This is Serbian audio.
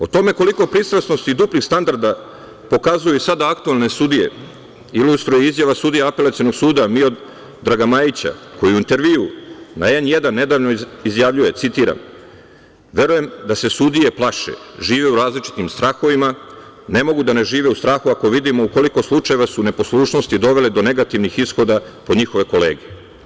O tome koliko pristrasnosti i duplih standarda pokazuju i sada aktuelne sudije ilustruje izjava sudije Apelacionog suda Miodraga Majića koji u intervjuu na N1 nedavno izjavljuje, citiram – verujem da se sudije plaše, žive u različitim strahovima, ne mogu da ne žive u strahu ako vidimo u koliko slučajeva su neposlušnosti dovele do negativnih ishoda po njihove kolege.